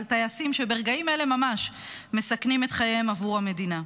על טייסים שברגעים האלה ממש מסכנים את חייהם עבור המדינה.